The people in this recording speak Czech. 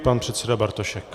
Pan předseda Bartošek.